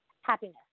happiness